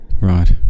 Right